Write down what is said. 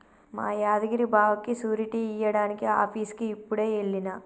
మా యాదగిరి బావకి సూరిటీ ఇయ్యడానికి ఆఫీసుకి యిప్పుడే ఎల్లిన